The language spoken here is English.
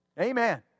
Amen